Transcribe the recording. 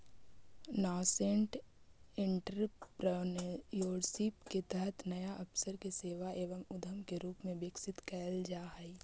nascent entrepreneurship के तहत नया अवसर के सेवा एवं उद्यम के रूप में विकसित कैल जा हई